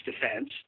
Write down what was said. defense